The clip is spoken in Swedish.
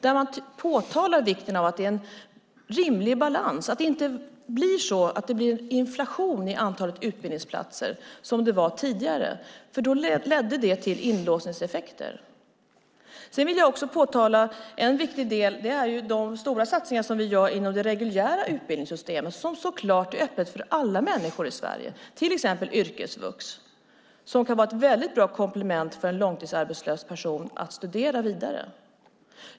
Där påtalas vikten av en rimlig balans, att det inte blir inflation i antalet utbildningsplatser - som det var tidigare. Det ledde till inlåsningseffekter. En viktig del är de stora satsningar som görs inom det reguljära utbildningssystemet, som så klart är öppet för alla människor i Sverige, till exempel yrkesvux. Det kan vara ett bra komplement för en långtidsarbetslös person att studera vidare.